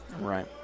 Right